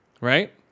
Right